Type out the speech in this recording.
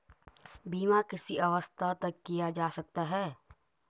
बीमा किस अवस्था तक किया जा सकता है?